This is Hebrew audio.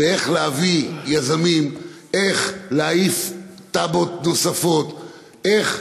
איך להביא יזמים, איך להעיף תב"עות נוספות, איך